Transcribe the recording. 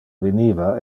veniva